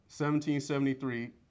1773